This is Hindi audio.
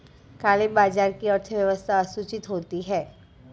काले बाजार की अर्थव्यवस्था असूचित होती है